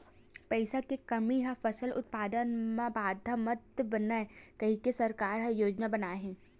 पईसा के कमी हा फसल उत्पादन मा बाधा मत बनाए करके सरकार का योजना बनाए हे?